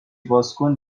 بازکن